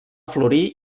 florir